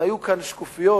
אם היו כאן שקופיות,